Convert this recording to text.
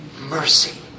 Mercy